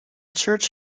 church